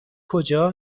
کجا